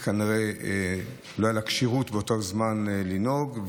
כנראה שלא הייתה לה כשירות באותו זמן לנהוג.